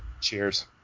Cheers